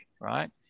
right